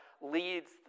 leads